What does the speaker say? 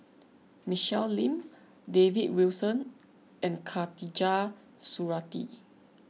Michelle Lim David Wilson and Khatijah Surattee